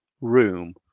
room